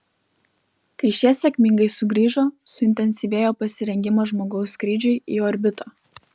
kai šie sėkmingai sugrįžo suintensyvėjo pasirengimas žmogaus skrydžiui į orbitą